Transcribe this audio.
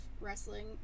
wrestling